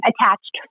attached